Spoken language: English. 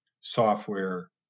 software